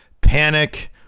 panic